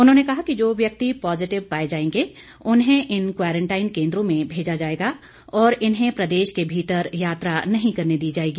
उन्होंने कहा कि जो व्यक्ति पॉजिटिव पाए जाएंगे उन्हें इन क्वारंटाईन केंद्रों में भेजा जाएगा और इन्हें प्रदेश के भीतर यात्रा नहीं करने दी जाएगी